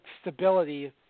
stability